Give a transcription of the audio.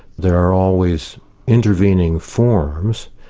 there are always intervening forms,